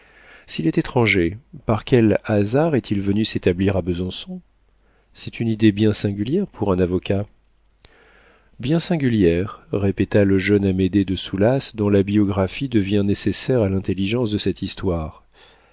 s'il est étranger par quel hasard est-il venu s'établir à besançon c'est une idée bien singulière pour un avocat bien singulière répéta le jeune amédée de soulas dont la biographie devient nécessaire à l'intelligence de cette histoire